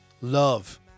love